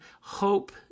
hope